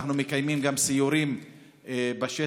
אנחנו מקיימים גם סיורים בשטח,